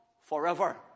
Forever